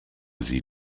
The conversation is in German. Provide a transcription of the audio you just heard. sie